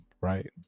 right